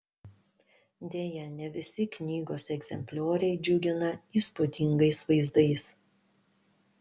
deja ne visi knygos egzemplioriai džiugina įspūdingais vaizdais